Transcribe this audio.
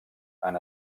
han